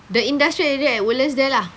the industrial area at Woodlands there lah